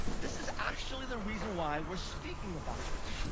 this is actually the reason why we're speaking about this.